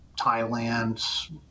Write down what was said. Thailand